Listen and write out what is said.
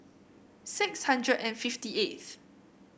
six hundred and fifty eighth